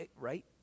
Right